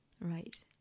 Right